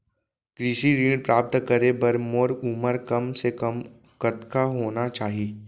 कृषि ऋण प्राप्त करे बर मोर उमर कम से कम कतका होना चाहि?